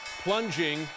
plunging